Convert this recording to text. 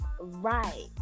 right